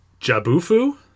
Jabufu